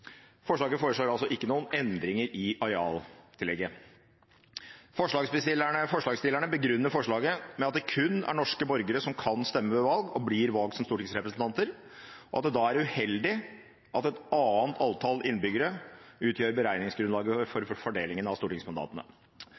Forslaget foreslår altså ikke noen endringer i arealtillegget. Forslagsstillerne begrunner forslaget med at det kun er norske borgere som kan stemme ved valg og bli valgt som stortingsrepresentanter, og at det da er uheldig at et annet antall innbyggere utgjør beregningsgrunnlaget for fordelingen av stortingsmandatene.